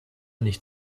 nicht